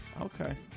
okay